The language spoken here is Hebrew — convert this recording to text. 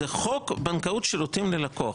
זה חוק הבנקאות (שירות ללקוח).